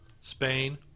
Spain